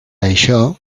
això